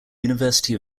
university